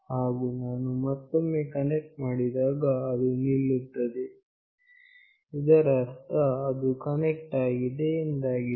ಹಾಗು ನಾನು ಮತ್ತೊಮ್ಮೆ ಕನೆಕ್ಟ್ ಮಾಡಿದಾಗ ಅದು ನಿಲ್ಲುತ್ತದೆ ಇದರ ಅರ್ಥ ಅದು ಕನೆಕ್ಟ್ ಆಗಿದೆ ಎಂದಾಗಿದೆ